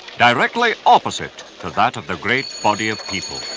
directly opposite to that of the great body of people.